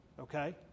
Okay